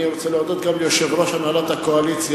אני רוצה להודות גם ליושב-ראש הנהלת הקואליציה,